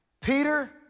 Peter